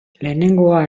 lehenengoa